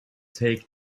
take